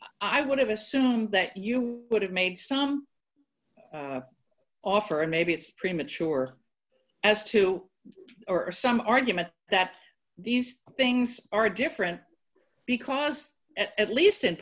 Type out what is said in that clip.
i would have assumed that you would have made some offer and maybe it's premature as to or some argument that these things are different because at least in